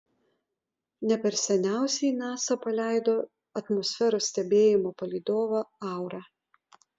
ne per seniausiai nasa paleido atmosferos stebėjimo palydovą aura